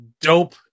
dope